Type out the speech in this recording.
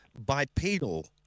bipedal